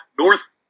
north